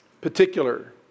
particular